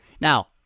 Now